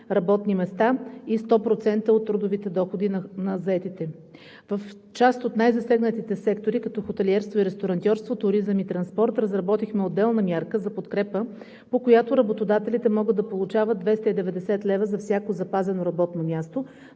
работни места и 100% от трудовите доходи на заетите. В част от най-засегнатите сектори, като хотелиерство и ресторантьорство, туризъм и транспорт, разработихме отделна мярка за подкрепа, по която работодателите могат да получават 290 лв. за всяко запазено работно място.